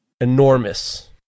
enormous